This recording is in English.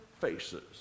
faces